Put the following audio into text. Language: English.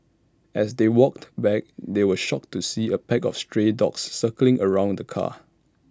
as they walked back they were shocked to see A pack of stray dogs circling around the car